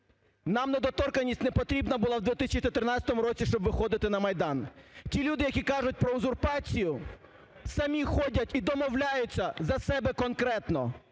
Нам недоторканність не потрібна була в 2014 році, щоб виходити на Майдан. Ті люди, які кажуть про узурпацію, самі ходять і домовляються за себе конкретно.